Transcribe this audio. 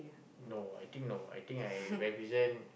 no I think no I think I represent